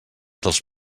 dels